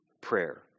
prayer